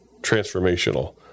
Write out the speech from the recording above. transformational